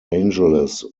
angeles